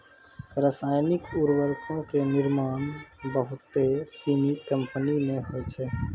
रसायनिक उर्वरको के निर्माण बहुते सिनी कंपनी मे होय छै